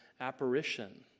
apparition